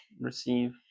Receive